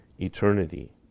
Eternity